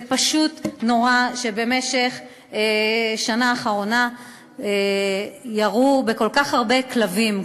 זה פשוט נורא שבמשך השנה האחרונה ירו בכל כך הרבה כלבים,